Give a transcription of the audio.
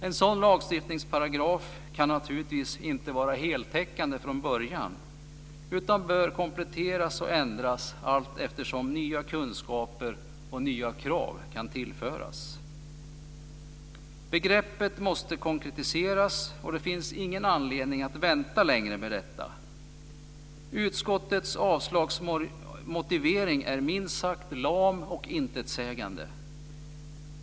En sådan lagstiftningsparagraf kan naturligtvis inte vara heltäckande från början utan bör kompletteras och ändras allteftersom nya kunskaper och nya krav kan tillföras. Begreppet måste konkretiseras, och det finns ingen anledning att vänta längre med detta. Utskottets avslagsmotivering är minst sagt lam och intetsägande.